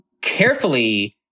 carefully